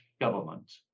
Government